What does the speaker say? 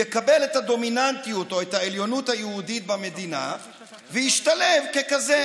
יקבל את הדומיננטיות או את העליונות היהודית במדינה וישתלב ככזה.